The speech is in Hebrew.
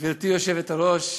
גברתי היושבת-ראש,